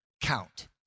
count